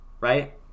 right